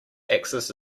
axis